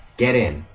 get in!